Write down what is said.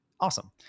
awesome